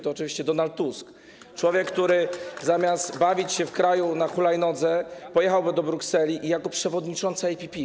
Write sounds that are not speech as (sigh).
To oczywiście Donald Tusk, (applause) człowiek, który zamiast bawić się w kraju, na hulajnodze pojechałby do Brukseli i jako przewodniczący EPP.